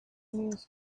news